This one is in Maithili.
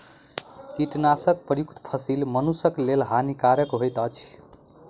कीटनाशक प्रयुक्त फसील मनुषक लेल हानिकारक होइत अछि